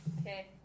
Okay